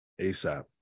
ASAP